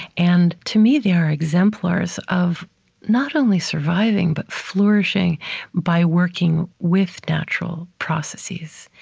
and to me, they are exemplars of not only surviving, but flourishing by working with natural processes.